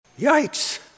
Yikes